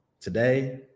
Today